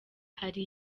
hari